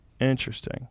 Interesting